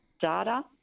data